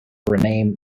renamed